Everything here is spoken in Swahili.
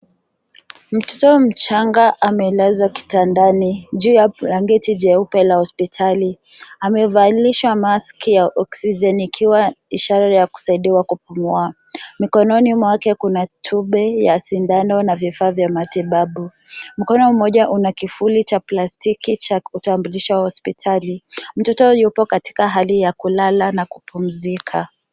Mtoto mchanga amelazwa kitandani, juu ya blanketi jeupe la hospitali. Amevalishwa mask ya oksijeni ikiwa ishara ya kusaidiwa kupumua. Mikononi mwake kuna tubu ya sindano na vifaa vya matibabu. Mkono mmoja una kifuli cha plastiki cha kutambulisha hospitali. Mtoto yupo katika hali ya kulala na kupumzika.